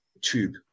tube